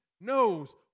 knows